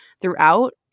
throughout